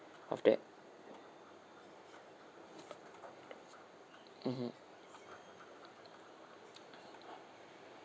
of that mmhmm